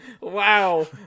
Wow